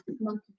monkey